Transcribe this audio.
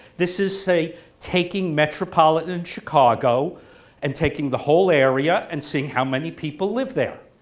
this is say taking metropolitan chicago and taking the whole area and seeing how many people live there,